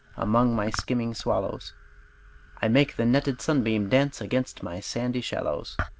among my skimming swallows i make the netted sunbeam dance against my sandy shallows,